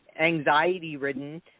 anxiety-ridden